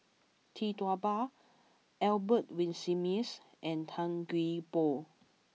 Tee Tua Ba Albert Winsemius and Tan Gee Paw